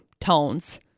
tones